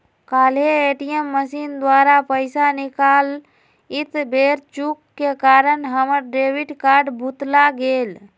काल्हे ATM machine द्वारा पइसा निकालइत बेर चूक के कारण हमर डेबिट कार्ड भुतला गेल